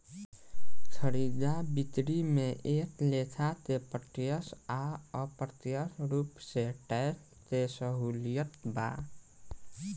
खरीदा बिक्री में एक लेखा के प्रत्यक्ष आ अप्रत्यक्ष रूप से टैक्स के सहूलियत बा